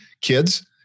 kids